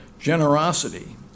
Generosity